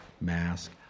mask